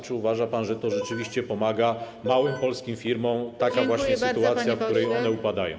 Czy uważa pan, że to rzeczywiście pomaga małym polskim firmom - taka właśnie sytuacja, w której one upadają?